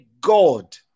God